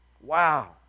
Wow